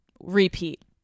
repeat